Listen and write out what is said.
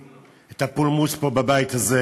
את הפולמוס פה בבית הזה,